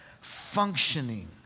functioning